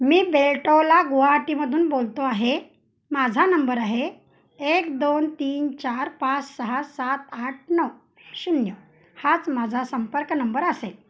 मी बेलटोला गुहाटीमधून बोलतो आहे माझा नंबर आहे एक दोन तीन चार पाच सहा सात आठ नऊ शून्य हाच माझा संपर्क नंबर असेल